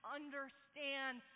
understand